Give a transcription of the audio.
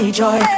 joy